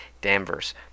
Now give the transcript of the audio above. Danvers